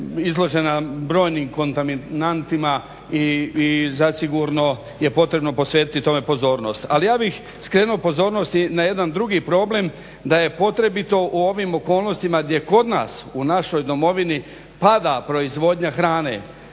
izložena brojnim kontaminantima i zasigurno je potrebno posvetiti tome pozornost. Ali ja bih skrenuo pozornost i na jedan drugi problem da je potrebito u ovim okolnostima gdje kod nas u našoj domovini pada proizvodnja hrane,